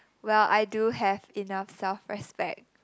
well I do have enough self respect